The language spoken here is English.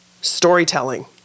storytelling